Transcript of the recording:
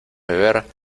beber